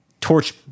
Torch